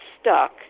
stuck